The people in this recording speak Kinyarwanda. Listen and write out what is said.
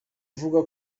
avuga